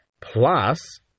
plus